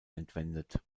entwendet